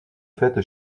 fête